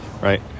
right